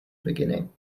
beginning